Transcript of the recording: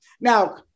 now